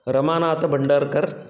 रमानाथभण्डार्कर्